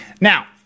now